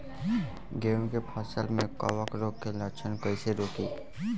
गेहूं के फसल में कवक रोग के लक्षण कईसे रोकी?